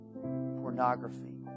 pornography